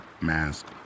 mask